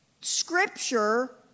scripture